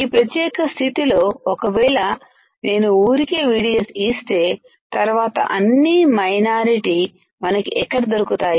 ఈ ప్రత్యేక స్థితిలో ఒకవేళ నేను ఊరికే VDS ఇస్తే తరువాత అన్ని మైనారిటీ మనకి ఎక్కడ దొరుకుతాయి